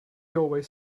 always